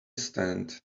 stand